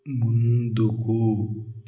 ముందుకు